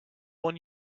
one